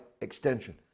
extension